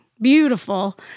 beautiful